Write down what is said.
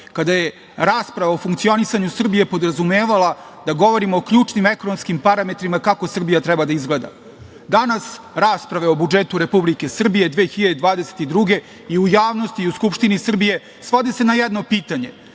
kada je rasprava o funkcionisanju Srbije podrazumevala da govorimo o ključnim ekonomskim parametrima kako Srbija treba da izgleda. Danas rasprave o budžetu Republike Srbije 2022. godine i u javnosti i u Skupštini Srbije svodi se na jedno pitanje